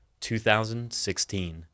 2016